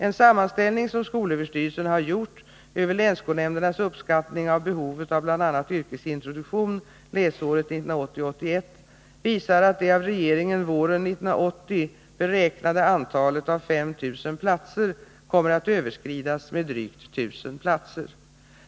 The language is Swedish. En sammanställning som skolöverstyrelsen har gjort över länsskolnämndernas uppskattning av behovet av bl.a. yrkesintroduktion läsåret 1980/81 visar att det av regeringen våren 1980 beräknade antalet av 5 000 platser kommer att överskridas med drygt 1000 platser.